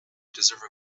deserve